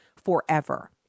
Forever